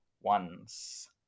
ones